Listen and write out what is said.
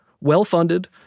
well-funded